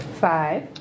Five